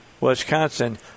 Wisconsin